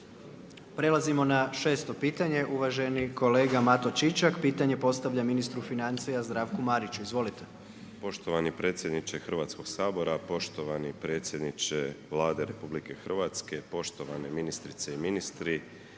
Prelazimo na 6. pitanje, uvaženi kolega Mato Čičak, pitanje postavlja ministru financija, Zdravku Mariću. Izvolite. **Čičak, Mato (HDZ)** Poštovani predsjedniče Hrvatskog sabora, poštovani predsjedniče Vlade Republike Hrvatske, poštovane ministrice i ministri,